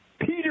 Peter